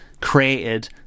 created